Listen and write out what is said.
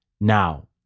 Now